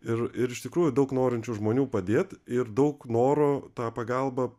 ir ir iš tikrųjų daug norinčių žmonių padėt ir daug noro tą pagalbą